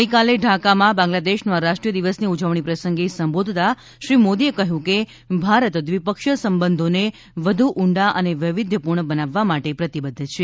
ગઇકાલે ઢાકામાં બાંગ્લાદેશના રાષ્ટ્રીય દિવસની ઉજવણી પ્રસંગે સંબોધતા શ્રી મોદીએ કહ્યું કે ભારત દ્વિપક્ષીય સંબંધોને વધુ ઊંડા અને વૈવિધ્યપૂર્ણ બનાવવા માટે પ્રતિબદ્ધ છે